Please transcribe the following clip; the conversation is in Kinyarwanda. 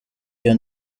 iyo